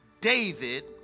David